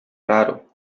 raro